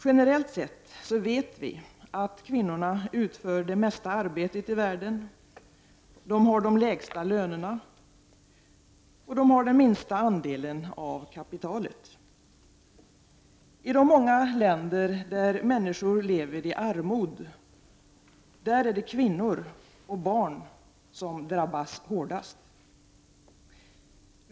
Generellt sett vet vi att kvinnorna utför det mesta arbetet i världen, har de lägsta lönerna och den minsta andelen av kapitalet. I de många länder där människor lever i armod är det kvinnor och barn som drabbas hårdast.